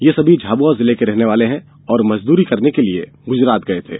ये सभी झाबुआ जिले के रहने वाले हैं और मजदूरी करने के लिए गुजरात गए थे